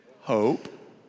hope